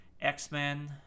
X-Men